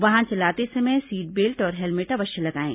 वाहन चलाते समय सीट बेल्ट और हेलमेट अवश्य लगाएं